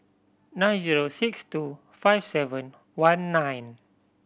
nine zero six two five seven one nine